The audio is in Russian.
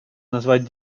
назвать